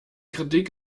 kritik